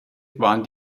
waren